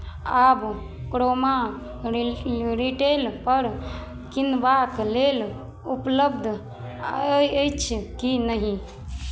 आब क्रोमा रेल रिटेलपर किनबाक लेल उपलब्ध अ अछि की नही